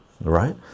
right